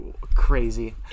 crazy